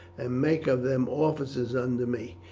and make of them officers under me.